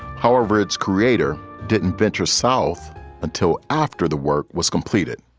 however, its creator didn't venture south until after the work was completed